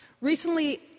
Recently